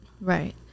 right